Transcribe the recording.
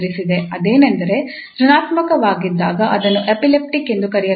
ಅದೇನೆಂದರೆ ಋಣಾತ್ಮಕವಾಗಿದ್ದಾಗ ಅದನ್ನು ಎಲಿಪ್ಟಿಕ್ ಎಂದು ಕರೆಯಲಾಗುತ್ತದೆ